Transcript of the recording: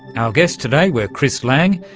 our guests today were chris lang,